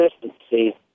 consistency